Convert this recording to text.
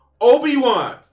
Obi-Wan